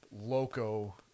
loco